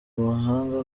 mabanga